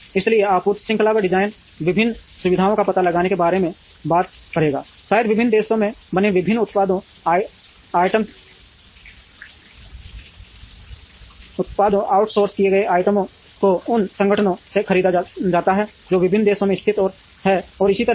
इसलिए आपूर्ति श्रृंखला का डिज़ाइन विभिन्न सुविधाओं का पता लगाने के बारे में बात करेगा शायद विभिन्न देशों में बने विभिन्न उत्पादों आउटसोर्स किए गए आइटमों को उन संगठनों से खरीदा जाता है जो विभिन्न देशों में स्थित हैं और इसी तरह